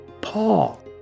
Paul